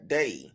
day